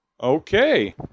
Okay